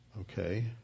okay